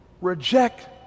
reject